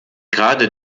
gerade